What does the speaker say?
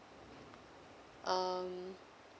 um